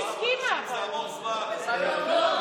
אין חובה כזאת, אדוני.